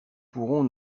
pourrons